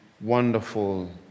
wonderful